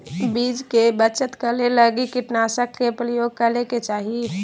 बीज के बचत करै लगी कीटनाशक के प्रयोग करै के चाही